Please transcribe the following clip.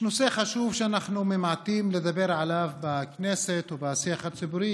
יש נושא חשוב שאנחנו ממעטים לדבר עליו בכנסת ובשיח הציבורי,